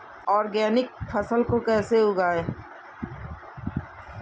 Organic फसल को कैसे उगाएँ?